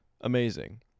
Amazing